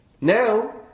Now